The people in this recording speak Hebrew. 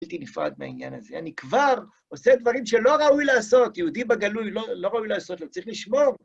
בלתי נפרד מהעניין הזה, אני כבר עושה דברים שלא ראוי לעשות, יהודים בגלוי לא ראוי לעשות, צריך לשמור.